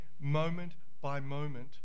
moment-by-moment